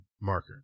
marker